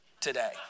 today